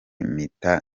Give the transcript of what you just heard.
mpita